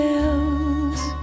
else